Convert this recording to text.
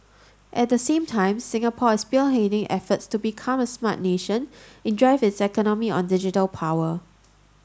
at the same time Singapore is spearheading efforts to become a smart nation and drive its economy on digital power